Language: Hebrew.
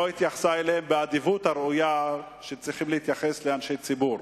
לא התייחסה אליהם באדיבות הראויה שבה צריכים להתייחס לאנשי ציבור.